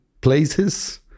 places